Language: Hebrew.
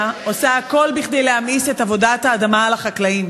עושה הכול כדי להמאיס את עבודת האדמה על החקלאים,